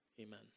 Amen